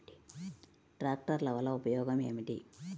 ట్రాక్టర్ల వల్ల ఉపయోగం ఏమిటీ?